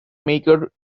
maker